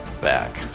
back